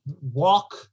walk